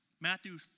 Matthew